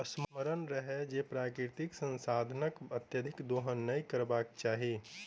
स्मरण रहय जे प्राकृतिक संसाधनक अत्यधिक दोहन नै करबाक चाहि